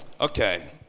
Okay